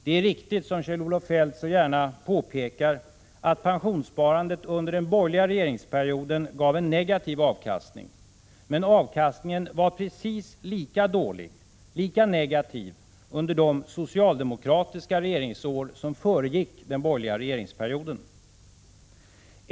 Det är riktigt, som Kjell-Olof Feldt så gärna påpekar, att pensionssparandet under den borgerliga regeringsperioden gav en negativ avkastning, men avkastningen var precis lika dålig, lika negativ, under de socialdemokratiska regeringsår som föregick den borgerliga regeringsperioden.